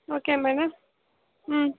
okay madam ம்